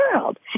world